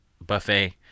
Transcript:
buffet